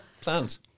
plans